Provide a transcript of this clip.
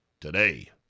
today